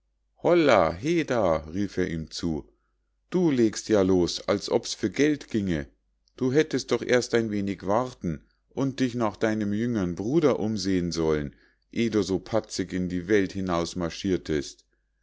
holla heda rief er ihm zu du legst ja los als ob's für geld ginge du hättest doch erst ein wenig warten und dich nach deinem jüngern bruder umsehen sollen eh du so patzig in die welt hinausmarschirtest